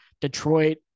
Detroit